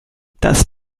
das